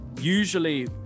usually